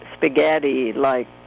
spaghetti-like